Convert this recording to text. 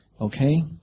Okay